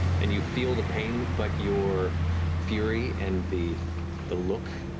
and you feel the pain, but your fury and the the look,